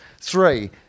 Three